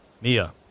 Mia